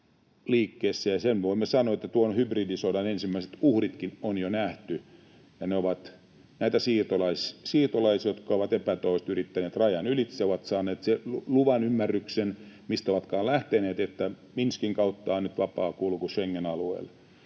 Sen voimme sanoa, että tuon hybridisodan ensimmäiset uhritkin on jo nähty, ja niitä ovat nämä siirtolaiset, jotka ovat epätoivoisesti yrittäneet rajan ylitse, kun ovat saaneet luvan tai ymmärryksen siellä, mistä ovatkaan lähteneet, että Minskin kautta on nyt vapaa kulku Schengen-alueelle,